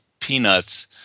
peanuts